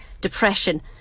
depression